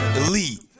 elite